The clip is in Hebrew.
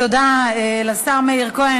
תודה לשר מאיר כהן,